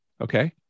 okay